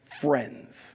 friends